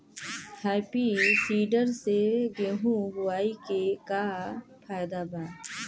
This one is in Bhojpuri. हैप्पी सीडर से गेहूं बोआई के का फायदा बा?